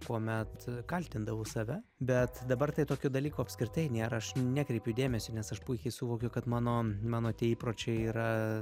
kuomet kaltindavau save bet dabar tai tokio dalyko apskritai nėra aš nekreipiu dėmesio nes aš puikiai suvokiu kad mano mano tie įpročiai yra